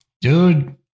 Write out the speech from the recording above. Dude